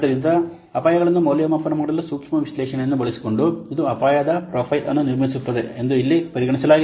ಆದ್ದರಿಂದ ಅಪಾಯಗಳನ್ನು ಮೌಲ್ಯಮಾಪನ ಮಾಡಲು ಸೂಕ್ಷ್ಮ ವಿಶ್ಲೇಷಣೆಯನ್ನು ಬಳಸಿಕೊಂಡು ಇದು ಅಪಾಯದ ಪ್ರೊಫೈಲ್ ಅನ್ನು ನಿರ್ಮಿಸುತ್ತದೆ ಎಂದು ಇಲ್ಲಿ ಪರಿಗಣಿಸಲಾಗಿದೆ